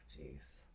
jeez